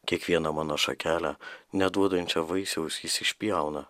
kiekvieną mano šakelę neduodančią vaisiaus jis išpjauna